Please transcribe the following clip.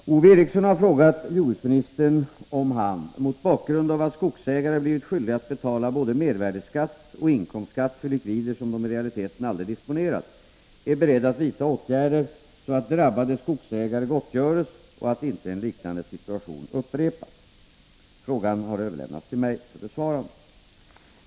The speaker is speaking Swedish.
Fru talman! Ove Eriksson har frågat jordbruksministern om han — mot bakgrund av att skogsägare blivit skyldiga att betala både mervärdeskatt och : inkomstskatt för likvider som de i realiteten aldrig disponerat — är beredd att vidta åtgärder så att drabbade skogsägare gottgörs och att inte en liknande situation upprepas. Frågan har överlämnats till mig för besvarande.